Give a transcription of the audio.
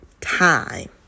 time